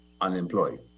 unemployed